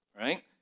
right